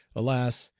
alas!